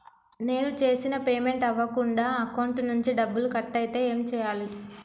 నేను చేసిన పేమెంట్ అవ్వకుండా అకౌంట్ నుంచి డబ్బులు కట్ అయితే ఏం చేయాలి?